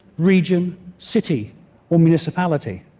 region, city or municipality.